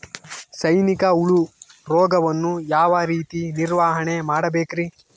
ಸೈನಿಕ ಹುಳು ರೋಗವನ್ನು ಯಾವ ರೇತಿ ನಿರ್ವಹಣೆ ಮಾಡಬೇಕ್ರಿ?